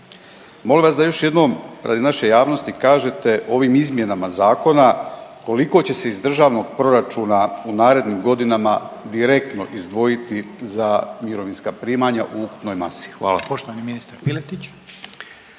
Molim vas da još jednom radi naše javnosti kažete ovim izmjenama zakona koliko će se iz državnog proračuna u narednim godinama direktno izdvojiti za mirovinska primanja u ukupnoj masi. Hvala.